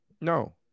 No